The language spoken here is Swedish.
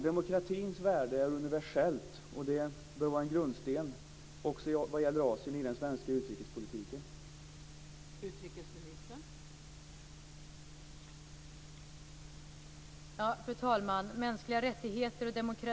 Demokratins värde är universellt, och det bör vara en grundsten i den svenska utrikespolitiken när det gäller Asien.